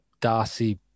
Darcy